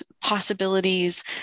possibilities